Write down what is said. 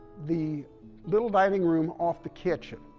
the little dining room off the kitchen,